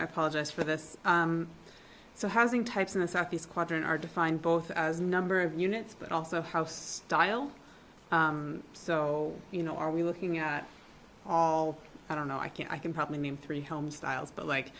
i apologize for this so housing types in the southeast quadrant are defined both as number of units but also house style so you know are we looking at all i don't know i can i can probably mean three home styles but like